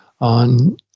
on